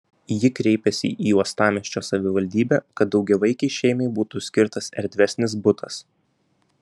ji kreipėsi į uostamiesčio savivaldybę kad daugiavaikei šeimai būtų skirtas erdvesnis butas